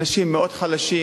אנשים מאוד חלשים,